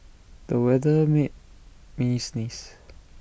the weather made me sneeze